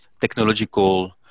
technological